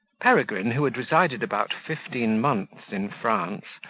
peregrine, who had resided about fifteen months in france,